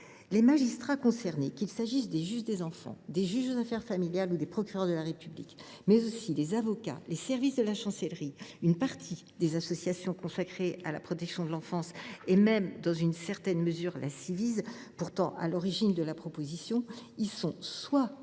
Les magistrats concernés, qu’il s’agisse des juges des enfants, des juges aux affaires familiales ou des procureurs de la République, mais aussi les avocats, les services de la Chancellerie, une partie des associations consacrées à la protection de l’enfance et même, dans une certaine mesure, la Ciivise, pourtant à l’origine de la proposition, soit y sont opposés,